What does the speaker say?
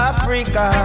Africa